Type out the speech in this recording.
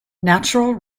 natural